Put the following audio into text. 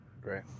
Great